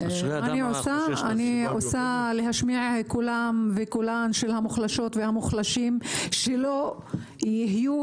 אני רוצה להשמיע את קולן וקולם של המוחלשות והמוחלשים שלא יהיו